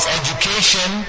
education